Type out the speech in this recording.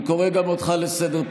אני קורא גם אותך לסדר,